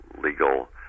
legal